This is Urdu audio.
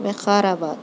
وقارآباد